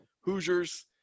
Hoosiers